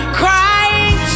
crying